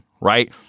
right